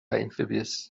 amphibious